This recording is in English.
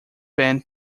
band